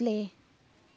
play